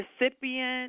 recipient